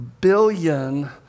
billion